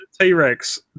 t-rex